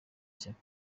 ishyaka